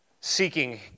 seeking